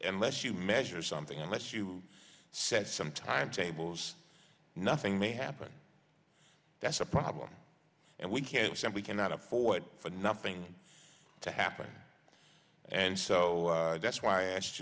unless you measure something unless you set some time tables nothing may happen that's a problem and we can't simply cannot afford for nothing to happen and so that's why i asked